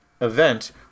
event